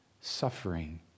suffering